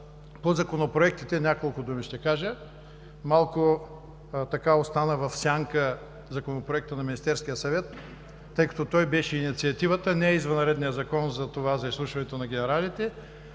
По законопроектите няколко думи ще кажа. Малко в сянка остана Законопроектът на Министерския съвет, тъй като той беше инициативата, а не извънредният Закон за изслушването на генералите.